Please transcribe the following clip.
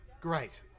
Great